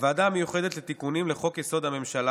הוועדה המיוחדת לתיקונים לחוק-יסוד: הממשלה